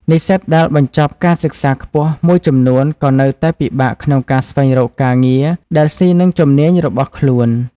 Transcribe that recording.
និស្សិតដែលបញ្ចប់ការសិក្សាខ្ពស់មួយចំនួនក៏នៅតែពិបាកក្នុងការស្វែងរកការងារដែលស៊ីនឹងជំនាញរបស់ខ្លួន។